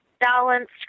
balanced